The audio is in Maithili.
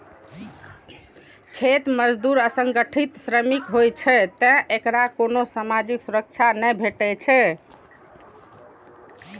खेत मजदूर असंगठित श्रमिक होइ छै, तें एकरा कोनो सामाजिक सुरक्षा नै भेटै छै